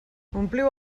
ompliu